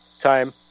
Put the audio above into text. time